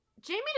Jamie